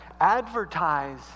Advertise